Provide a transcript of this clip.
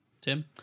tim